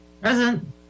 Present